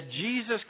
Jesus